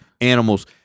animals